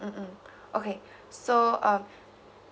mm okay so uh